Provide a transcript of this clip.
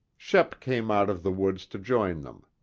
shep came out of the woods to join them.